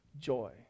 Joy